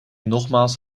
nogmaals